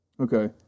Okay